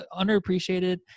underappreciated